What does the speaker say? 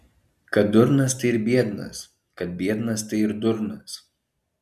kad durnas tai ir biednas kad biednas tai ir durnas